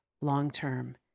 long-term